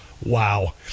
Wow